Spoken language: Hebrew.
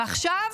ועכשיו,